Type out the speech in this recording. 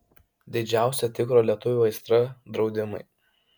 didžiausia tikro lietuvio aistra draudimai